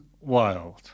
wild